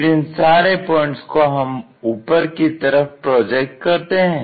फिर इन सारे पॉइंट्स को हम ऊपर की तरफ प्रोजेक्ट करते हैं